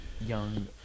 young